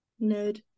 Nerd